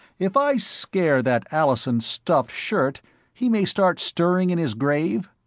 if i scare that allison stuffed-shirt he may start stirring in his grave?